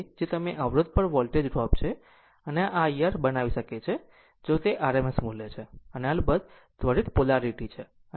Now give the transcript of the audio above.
આ તે છે જે તમે અવરોધ પર વોલ્ટેજ ડ્રોપ છે આ I R બનાવી શકે છે જો તે RMS મૂલ્ય છે અને અલબત્ત ત્વરિત પોલારીટી છે